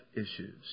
issues